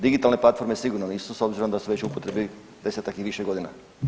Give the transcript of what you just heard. Digitalne platforme sigurno nisu s obzirom da su već u upotrebi desetak i više godina.